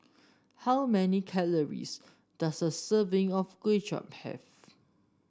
how many calories does a serving of Kuay Chap have